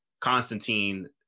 Constantine